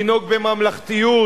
לנהוג בממלכתיות,